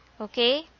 okay